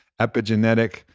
epigenetic